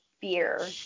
beer